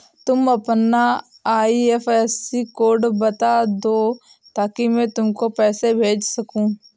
तुम अपना IFSC code बता दो ताकि मैं तुमको पैसे भेज सकूँ